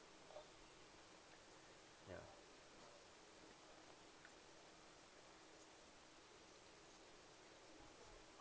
ya